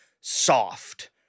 soft